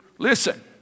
Listen